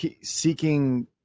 seeking